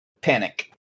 panic